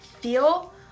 feel